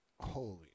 holy